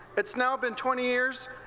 it's now been twenty years,